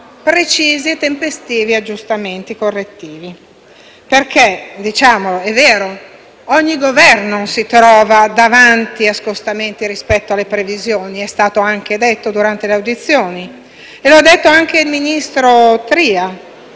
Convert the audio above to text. precisi e tempestivi aggiustamenti correttivi. È vero che ogni Governo si trova davanti a scostamenti rispetto alle previsioni, come è stato detto durante le audizioni e come ha detto anche il ministro Tria: